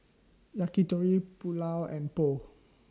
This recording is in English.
Yakitori Pulao and Pho